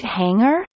hanger